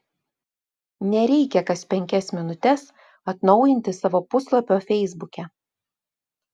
nereikia kas penkias minutes atnaujinti savo puslapio feisbuke